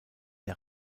der